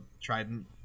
Trident